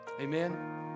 Amen